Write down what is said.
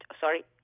sorry